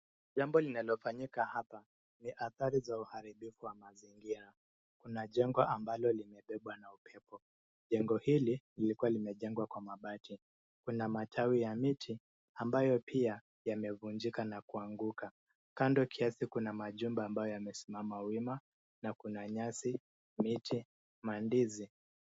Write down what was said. Jambo linalofanyika hapa ni athari za uharibifu wa mazingira. Kuna jengo ambalo limebebwa na upepo. Jengo hili, lilikua limejengwa kwa mabati. Kuna matawi ya miti ambayo pia yamevunjika na kuanguka. Kando kiasi kuna majumba ambayo yamesimama wima na kuna nyasi, miti, mandizi.